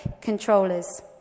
controllers